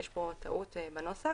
יש פה טעות בנוסח